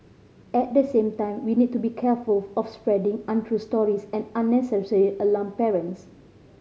at the same time we need to be careful of spreading untrue stories and unnecessary alarm parents